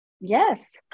Yes